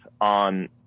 on